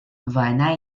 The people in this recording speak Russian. война